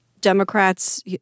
Democrats